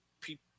people